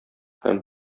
һәм